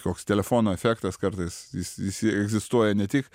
koks telefono efektas kartais jis jis egzistuoja ne tik